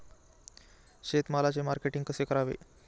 शेतमालाचे मार्केटिंग कसे करावे?